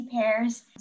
pairs